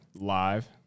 live